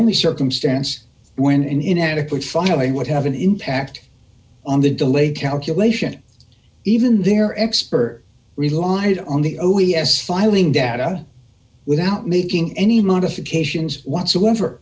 only circumstance when an inadequate filing would have an impact on the delay calculation even their expert relied on the o e s filing data without making any modifications whatsoever